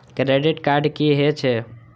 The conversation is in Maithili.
क्रेडिट कार्ड की हे छे?